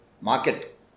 market